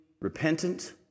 repentant